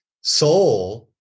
Soul